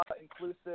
inclusive